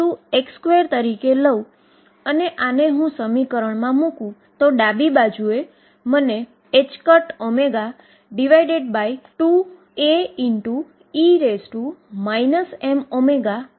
અને જેમ અગાઉ આપણે જોયુ તેમ બાઉન્ડ્રી કન્ડીશન વેવ વિધેય બનશે જો તે ત્યાં ફાઈનાઈટ હશે તો ત્યાં એક પાર્ટીકલ ત્યાં જોવા મળે છે